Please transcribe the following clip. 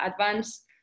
advance